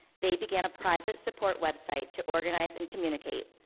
they began a private support website to organize and communicate.